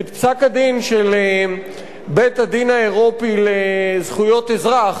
את פסק-הדין של בית-הדין האירופי לזכויות אזרח